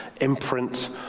imprint